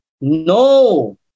No